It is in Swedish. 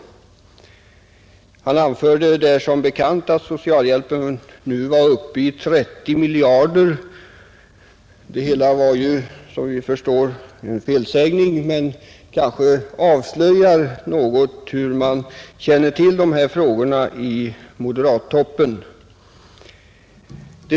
Han anförde där som bekant att kostnaderna för socialhjälpen nu var uppe i 30 miljarder kronor, Det hela var, som vi förstår, en felsägning, men det kanske avslöjar något om hur man känner till de här frågorna i moderattoppen.